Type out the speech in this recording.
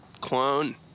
clone